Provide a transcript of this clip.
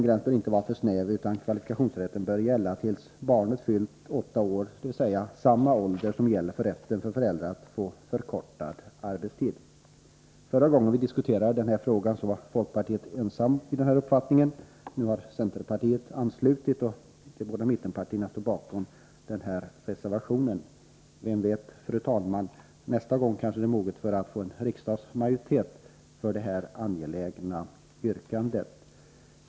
Denna gräns bör inte vara för snäv, utan kvalifikationsrätten bör gälla tills barnet har fyllt åtta år, dvs. samma ålder som gäller för rätten för föräldrar att få förkortad arbetstid. Förra gången vi diskuterade den här frågan var folkpartiet ensamt om denna uppfattning. Nu har centerpartiet anslutit sig, och de båda mittenpartierna står bakom den här reservationen. Vem vet, fru talman, nästa gång kanske tiden är mogen för en riksdagsmajoritet för detta angelägna yrkande.